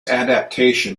adaptation